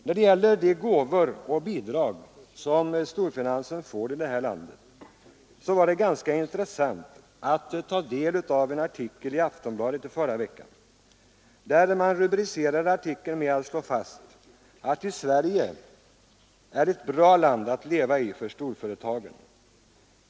När det gäller de gåvor och bidrag som storfinansen i det här landet får var det ganska intressant att ta del av en artikel i Aftonbladet i förra veckan, där man i rubriken slår fast att Sverige är ett bra land att leva i för företagen.